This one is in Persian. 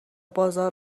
بازار